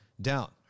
down